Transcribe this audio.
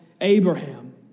Abraham